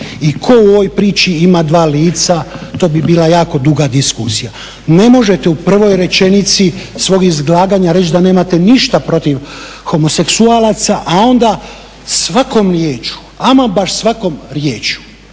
i tko u ovoj priči ima dva lica, to bi bila jako duga diskusija. Ne možete u prvoj rečenici svog izlaganja reći da nemate ništa protiv homoseksualaca, a onda svakom riječju, ama baš svakom riječju